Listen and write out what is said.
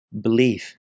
belief